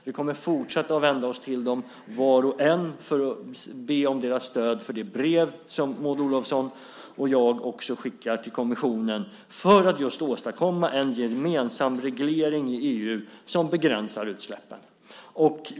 Vi kommer att fortsätta att vända oss till var och en av dem för att be om deras stöd för det brev som Maud Olofsson och jag ska skicka till kommissionen för att just åstadkomma en gemensam reglering i EU som begränsar utsläppen.